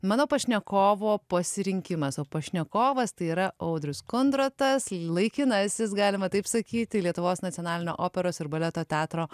mano pašnekovo pasirinkimas o pašnekovas tai yra audrius kondratas laikinasis galima taip sakyti lietuvos nacionalinio operos ir baleto teatro